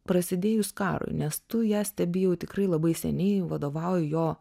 prasidėjus karui nes tu ją stebi jau tikrai labai seniai vadovauji jo